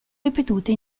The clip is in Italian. ripetute